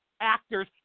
actors